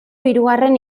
hirugarren